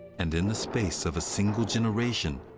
and in the space of a single generation,